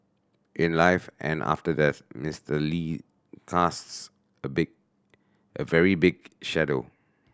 in life and after death Mister Lee casts a big a very big shadow